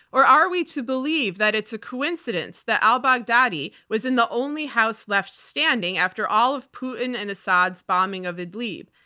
or are we to believe that it's a coincidence that al-baghdadi was in the only house left standing after all of putin and assad's bombing of idlib?